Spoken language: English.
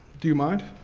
do you mind?